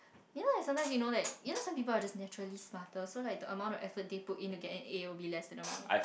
you know like sometimes you know like you know some people are just naturally smarter so like the amount of effort they put it to get an A would be lesser amount